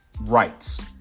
Rights